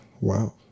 wow